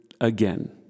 again